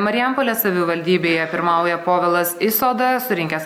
marijampolės savivaldybėje pirmauja povilas isoda surinkęs